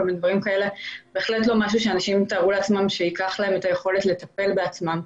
זה בהחלט לא משהו שאנשים תיארו לעצמם שייקח להם את היכולת לטפל בעצמם,